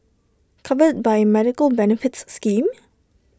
covered by A medical benefits scheme